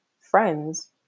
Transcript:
friends